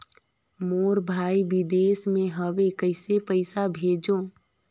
मोर भाई विदेश मे हवे कइसे पईसा भेजो?